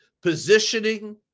Positioning